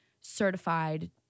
certified